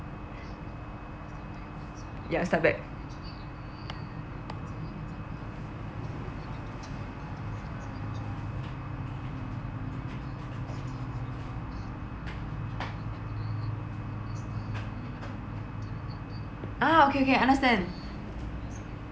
ya start back ah okay okay understand